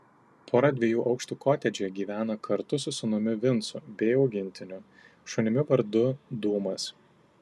pora dviejų aukštų kotedže gyvena kartu su sūnumi vincu bei augintiniu šunimi vardu dūmas